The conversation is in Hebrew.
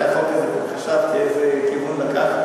חשבתי איזה כיוון לקחת,